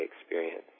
experience